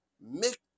Make